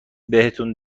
بهتون